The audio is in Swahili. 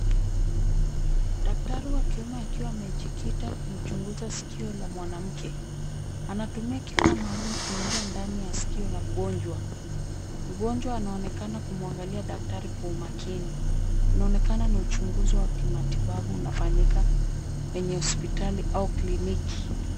Daktari wa kiume akiwa amejikita kumchunguza sikio la mwanamke. Anatumia kifaa maalum kuingia ndani ya sikio la mgonjwa. Mgonjwa anaonekana kumwangalia mgonjwa kwa umakini. Inaonekana ni uchunguzi wa kimatibabu unafanyika kwenye hospitali au kliniki.